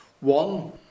One